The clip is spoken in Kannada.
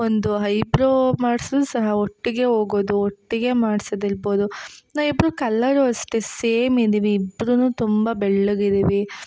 ಒಂದು ಹೈಬ್ರೋ ಮಾಡ್ಸಿದ್ರು ಸಹ ಒಟ್ಟಿಗೇ ಹೋಗೋದು ಒಟ್ಟಿಗೇ ಮಾಡ್ಸದಿರ್ಬೋದು ನಾವಿಬ್ರೂ ಕಲ್ಲರು ಅಷ್ಟೇ ಸೇಮ್ ಇದ್ದೀವಿ ಇಬ್ರೂ ತುಂಬ ಬೆಳ್ಳಗೆ ಇದ್ದೀವಿ